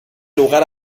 lugar